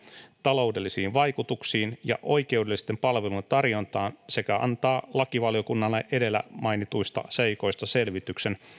taloudellisiin vaikutuksiin ja oikeudellisten palvelujen tarjontaan sekä antaa lakivaliokunnalle edellä mainituista seikoista selvityksen